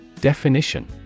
Definition